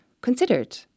considered